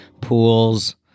pools